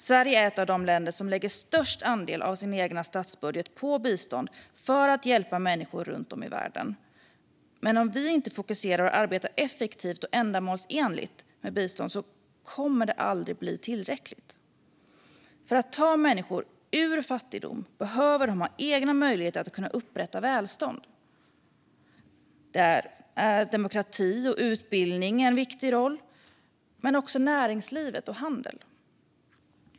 Sverige är ett av de länder som lägger störst andel av sin statsbudget på bistånd för att hjälpa människor runt om i världen. Men om vi inte fokuserar och arbetar effektivt och ändamålsenligt med bistånd kommer det aldrig att bli tillräckligt. För att människor ska tas ur fattigdom behöver de ha egna möjligheter att upprätta välstånd. Där har demokrati och utbildning en viktig roll men också näringsliv och handel.